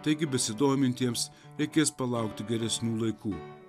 taigi besidomintiems reikės palaukti geresnių laikų